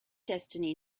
destiny